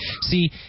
see